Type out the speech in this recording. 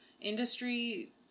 industry